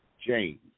James